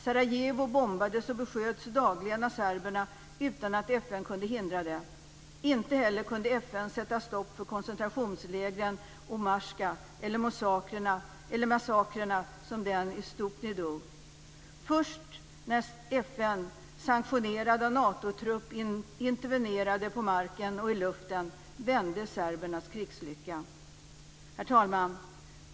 Sarajevo bombades och besköts dagligen av serberna utan att FN kunde hindra det. Inte heller kunde FN sätta stopp för koncentrationslägret Omarska eller massakrer som den i Stupni Do. Först när FN, sanktionerat av Natotrupp, intervenerade på marken och i luften vände serbernas krigslycka. Herr talman!